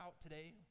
today